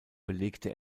belegte